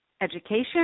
education